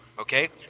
Okay